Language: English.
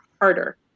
harder